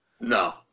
No